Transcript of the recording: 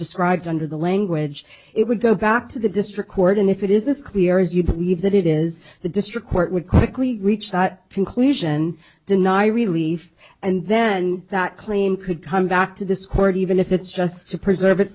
described under the language it would go back to the district court and if it is clear as you believe that it is the district court would quickly reach that conclusion deny relief and then that claim could come back to this court even if it's just to preserve it